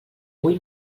avui